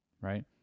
right